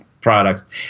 product